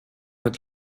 mit